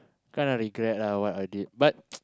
kind of regret ah what I did but